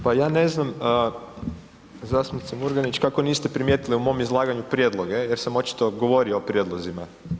Pa ja ne znam zastupnice Murganić kako niste primijetili u mom izlaganju prijedloge jer sam očito govorio o prijedlozima.